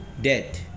dead